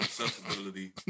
accessibility